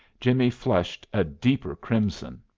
jimmie flushed a deeper crimson.